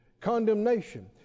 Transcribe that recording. condemnation